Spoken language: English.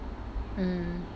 mm